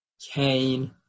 Cain